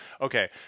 Okay